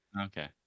Okay